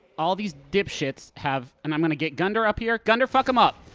all these dipshits have and i'm gonna get gundyr up here. gundyr, fuck him up.